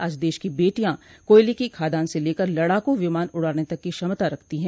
आज देश की बेटियां कोयले की खादान से लेकर लड़ाकू विमान उड़ाने तक की क्षमता रखती हैं